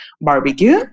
barbecue